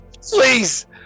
please